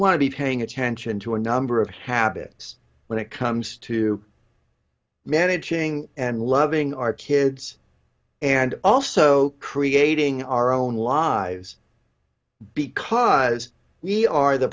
want to be paying attention to a number of habits when it comes to managing and loving our kids and also creating our own lives because we are the